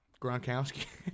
Gronkowski